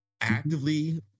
Actively